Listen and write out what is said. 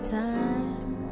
time